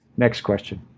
next question,